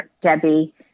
Debbie